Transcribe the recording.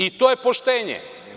I to je poštenje.